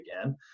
again